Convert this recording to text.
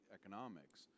economics